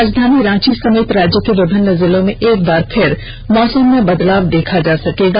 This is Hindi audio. राजधानी रांची समेत राज्य के विभिन्न जिलों में एक बार फिर मौसम में बदलाव देखा जा सकेगा